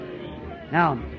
Now